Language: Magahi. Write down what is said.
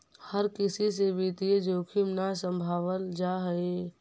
हर किसी से वित्तीय जोखिम न सम्भावल जा हई